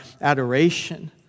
adoration